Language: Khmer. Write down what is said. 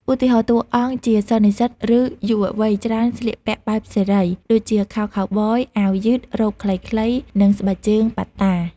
ឧទាហរណ៍ តួអង្គជាសិស្សនិស្សិត ឬយុវវ័យច្រើនស្លៀកពាក់បែបសេរី ដូចជា ខោខូវប៊យ អាវយឺត រ៉ូបខ្លីៗ និងស្បែកជើងប៉ាតា។